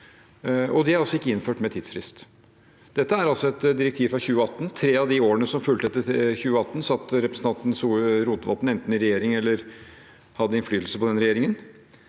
altså ikke innført med tidsfrist. Dette er et direktiv fra 2018. I tre av de årene som fulgte etter 2018, satt representanten Rotevatn enten i regjering eller hadde innflytelse på den regjeringen.